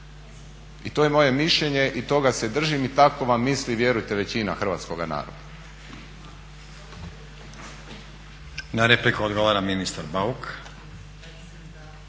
I to je moje mišljenje i toga se držim i tako vam misli vjerujte većina hrvatskoga naroda.